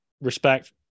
respect